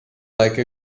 like